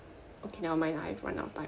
okay never mind lah I've run out of time